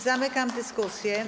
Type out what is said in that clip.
Zamykam dyskusję.